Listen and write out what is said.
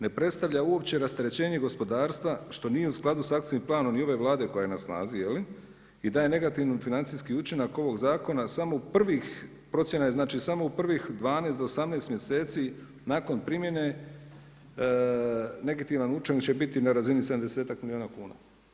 Ne predstavlja uopće rasterećenje gospodarstva što nije u skladu sa akcijskim planom ni ove Vlade koja je na snazi i daje negativni financijski učinak ovog zakona samo u prvih, znači procjena je, znači samo u prvih 12 do 18 mjeseci nakon primjene negativan učinak će biti na razini sedamdesetak milijuna kuna.